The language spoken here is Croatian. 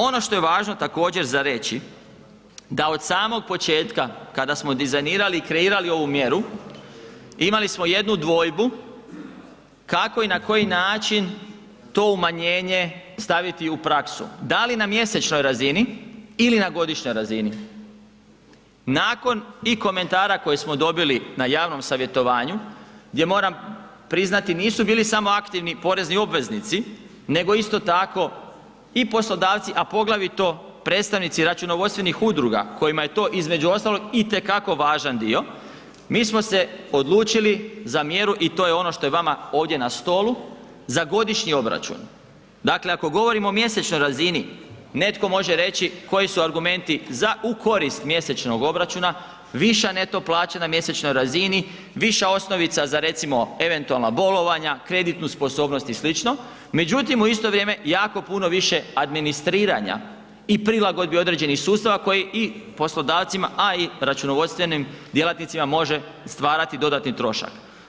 Ono što je važno također za reći da od samog početka kada smo dizajnirali i kreirali ovu mjeru imali smo jednu dvojbu kako i na koji način to umanjenje staviti u praksu, da li na mjesečnoj razini ili na godišnjoj razini, nakon i komentara koje smo dobili na javnom savjetovanju gdje moram priznati nisu bili samo aktivni porezni obveznici nego isto tako i poslodavci, a poglavito predstavnici računovodstvenih udruga kojima je to između ostalog itekako važan dio, mi smo se odlučili za mjeru i to je ono što je vama ovdje na stolu za godišnji obračun, dakle ako govorimo o mjesečnoj razini, netko može reći koji su argumenti za u korist mjesečnog obračuna, viša neto plaća na mjesečnoj razini, viša osnovica za recimo eventualna bolovanja, kreditnu sposobnost i sl., međutim u isto vrijeme jako puno više administriranja i prilagodbi određenih sustava koji i poslodavcima, a i računovodstvenim djelatnicima može stvarati dodatni trošak.